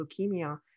leukemia